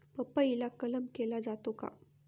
पपईला कलम केला जातो का?